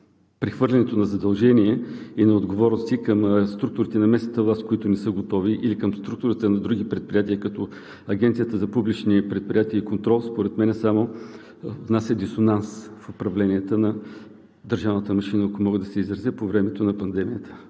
прехвърлянето на задължения и отговорности към структурите на местната власт, които не са готови, или към структурата на други предприятия, като Агенцията за публичните предприятия и контрол, според мен само внася дисонанс в управлението на държавната машина, ако мога да се изразя, по времето на пандемията.